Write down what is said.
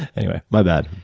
anyway, my bad.